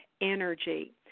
energy